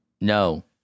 No